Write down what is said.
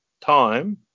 time